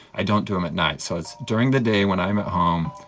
i don't do them at night. so it's during the day when i'm at home,